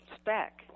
spec